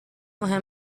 مهم